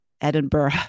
Edinburgh